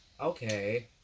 Okay